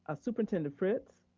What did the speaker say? ah superintendent fritz.